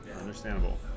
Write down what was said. Understandable